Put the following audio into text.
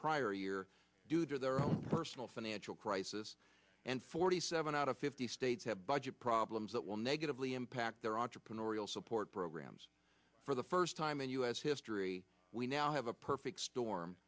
prior year due to their own personal financial crisis and forty seven out of fifty states have budget problems that will negatively impact their entrepreneurial support programs for the first time in u s history we now have a perfect storm